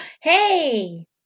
Hey